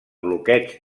bloqueig